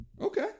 Okay